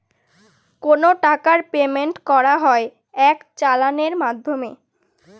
কোনো টাকার পেমেন্ট করা হয় এক চালানের মাধ্যমে